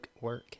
work